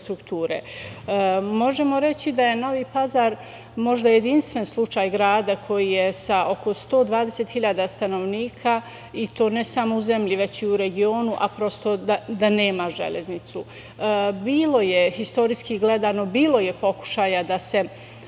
infrastrukture. Možemo reći da je Novi Pazar možda jedinstven slučaj grada koji je sa oko 120.000 stanovnika, i to ne samo u zemlji, već i u regionu, a da nema železnicu. Bilo je, istorijski gledano, bilo je pokušaja da se